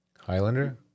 Highlander